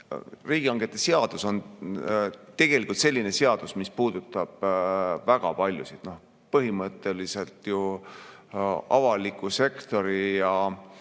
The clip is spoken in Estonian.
Riigihangete seadus on tegelikult selline seadus, mis puudutab väga paljusid. Põhimõtteliselt avaliku sektori ja